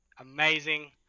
Amazing